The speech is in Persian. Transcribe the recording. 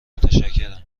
متشکرم